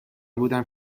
بودم